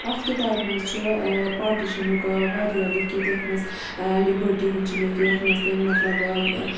اتھ کِتابہِ مَنٛز چھِ پاٹِشَنُک واریاہ لیٚکھِتھ یتھ مَنٛز لِبٲٹی ہُنٛد چھُ لیٚکھِتھ یتھ مَنٛز تٔمۍ مَطلَب